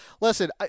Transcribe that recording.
Listen